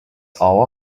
hour